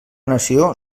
nació